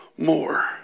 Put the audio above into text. More